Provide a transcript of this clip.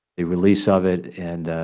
the release of it and,